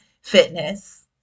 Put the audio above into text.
fitness